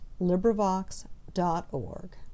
LibriVox.org